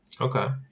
Okay